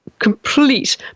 complete